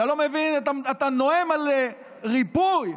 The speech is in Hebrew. אתה נואם על ריפוי,